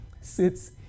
sits